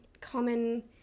common